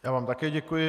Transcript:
Já vám také děkuji.